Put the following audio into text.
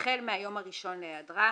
החל מהיום הראשון להיעדרה,